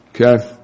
Okay